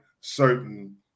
certain